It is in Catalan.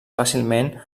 fàcilment